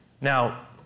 Now